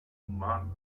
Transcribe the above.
human